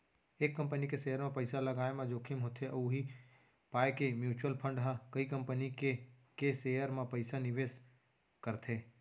एक कंपनी के सेयर म पइसा लगाय म जोखिम होथे उही पाय के म्युचुअल फंड ह कई कंपनी के के सेयर म पइसा निवेस करथे